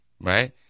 Right